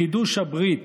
לחידוש הברית,